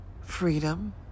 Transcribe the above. freedom